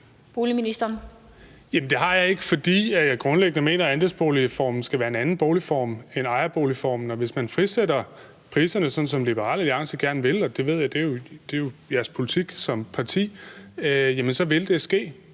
Bek): Jamen det har jeg ikke, fordi jeg grundlæggende mener, at andelsboligformen skal være en anden boligform end ejerboligformen, og hvis man frisætter priserne, sådan som Liberal Alliance gerne vil – det er jo jeres politik som parti, det ved jeg – så vil det ske.